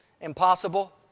impossible